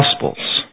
Gospels